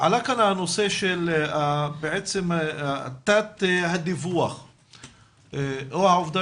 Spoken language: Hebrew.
עלה כאן הנושא של תת הדיווח או העובדה